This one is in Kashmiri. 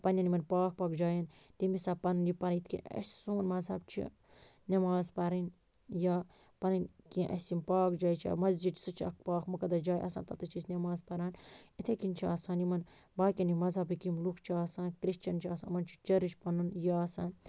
پَننن یِمَن پاک پاک جایَن تمہ حِساب پَننۍ یہِ پنٕنۍ یِتھ کنۍ اَسہِ سون مَذہب چھ نماز پَرٕنۍ یا پننۍ کینٛہہ اَسہِ یِم پاک جایہِ چھِ مَسجِد سُہ چھ اکھ پاک مُقَدَس جاے آسان تتٮ۪س چھِ أسۍ نماز پَران یِتھے کنۍ چھُ آسان یِمَن باقیَن مَذہَبٕکۍ یِم لُکھ چھِ آسان کرسچَن چھِ آسان یِمن چھُ چرچ پَنُن یہِ آسان